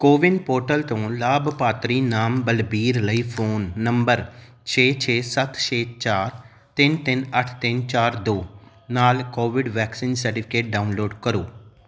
CoWIN portal ਤੋਂ ਲਾਭਪਾਤਰੀ ਨਾਮ ਬਲਬੀਰ ਲਈ ਫ਼ੋਨ ਨੰਬਰ ਛੇ ਛੇ ਸੱਤ ਛੇ ਚਾਰ ਤਿੰਨ ਤਿੰਨ ਅੱਠ ਤਿੰਨ ਚਾਰ ਦੋ ਨਾਲ ਕੋਵਿਡ ਵੈਕਸੀਨ ਸਰਟੀਫਿਕੇਟ ਡਾਊਨਲੋਡ ਕਰੋ